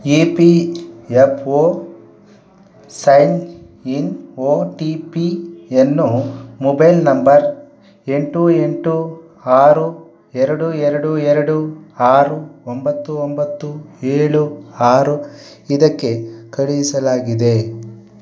E P F O sign in O T ಪಿಯನ್ನು mobile number ಎಂಟು ಎಂಟು ಆರು ಎರಡು ಎರಡು ಎರಡು ಆರು ಒಂಬತ್ತು ಒಂಬತ್ತು ಏಳು ಆರು ಇದಕ್ಕೆ ಕಳುಹಿಸಲಾಗಿದೆ